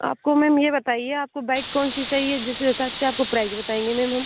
आपको मैम ये बताइए आपको बाइक कौनसी चाहिए जिस हिसाब से आपको प्राइज बताएँगे मैम हम